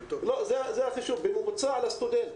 זה החישוב בממוצע לסטודנט.